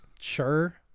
sure